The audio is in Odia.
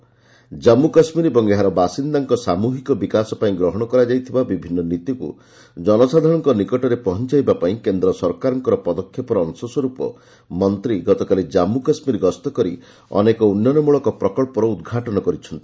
ପହଞ୍ଚ ଜନ୍ମୁ କାଶ୍ମୀର ଓ ଏହାର ବାସିନ୍ଦାଙ୍କ ସାମ୍ବହିକ ବିକାଶ ପାଇଁ ଗ୍ରହଣ କରାଯାଇଥିବା ବିଭିନ୍ନ ନୀତିକୁ ଜନସାଧାରଣଙ୍କ ନିକଟରେ ପହଞ୍ଚାଇବା ପାଇଁ କେନ୍ଦ୍ର ସରକାରଙ୍କର ପଦକ୍ଷେପର ଅଂଶସ୍ୱରୂପ ମନ୍ତ୍ରୀ ଗତକାଲି ଜମ୍ମୁ କାଶ୍ମୀର ଗସ୍ତ କରି ଅନେକ ଉନ୍ନୟନମୂଳକ ପ୍ରକହର ଉଦ୍ଘାଟନ କରିଛନ୍ତି